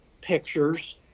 pictures